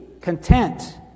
content